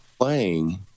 playing